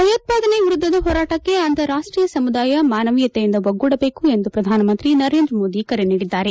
ಭಯೋತ್ಪಾದನೆಯ ವಿರುದ್ಧದ ಹೋರಾಟಕ್ಕೆ ಅಂತಾರಾಷ್ಟೀಯ ಸಮುದಾಯ ಮಾನವೀಯತೆಯಿಂದ ಒಗ್ಗೂಡಬೇಕೆಂದು ಪ್ರಧಾನಮಂತ್ರಿ ನರೇಂದ್ರ ಮೋದಿ ಕರೆ ನೀಡಿದ್ದಾರೆ